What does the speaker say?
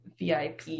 VIP